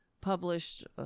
published